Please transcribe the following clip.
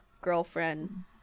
girlfriend